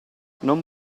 non